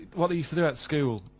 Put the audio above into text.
what i used to do at school,